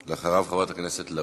אחריו, חברת הכנסת לביא.